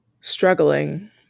struggling